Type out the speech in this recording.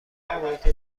محیط